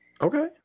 Okay